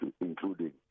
including